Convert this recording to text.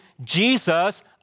Jesus